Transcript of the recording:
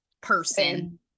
person